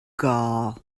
gall